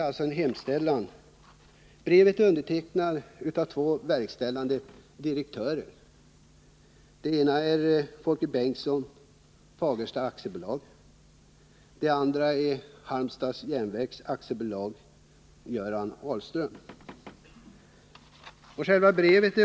Brevet är undertecknat av två verkställande direktörer. Den ene är Folke Bengtsson vid Fagersta AB, den andre är Göran Ahlström vid Halmstads Järnverks AB.